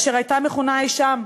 אשר הייתה מכונה אי-שם,